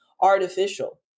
artificial